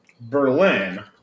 Berlin